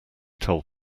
told